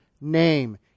name